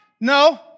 No